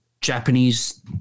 Japanese